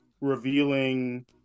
Revealing